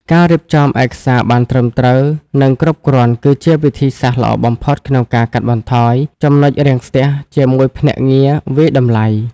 ការរៀបចំឯកសារបានត្រឹមត្រូវ និងគ្រប់គ្រាន់ គឺជាវិធីសាស្ត្រល្អបំផុតក្នុងការកាត់បន្ថយ ចំណុចរាំងស្ទះ ជាមួយភ្នាក់ងារវាយតម្លៃ។